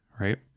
right